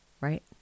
Right